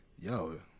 yo